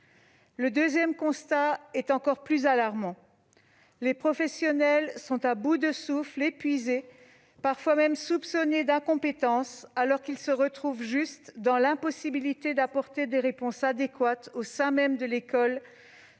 Mon second constat est encore plus alarmant. Les professionnels sont à bout de souffle, épuisés, parfois même soupçonnés d'incompétence, alors qu'ils sont simplement dans l'impossibilité d'apporter des réponses adéquates au sein même de l'école,